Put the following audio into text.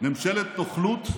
ממשלת נוכלות,